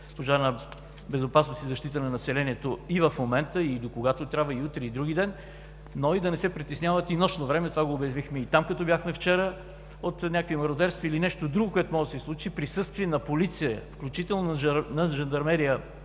„Пожарна безопасност и защита на населението“, и в момента, и докогато трябва – и утре, и другиден. Но да не се притесняват и нощно време – това го обявихме и там, като бяхме вчера, от някакви мародерства или нещо друго, което може да се случи. Присъствие на полиция, включително на жандармерия